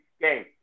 game